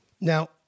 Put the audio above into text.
Now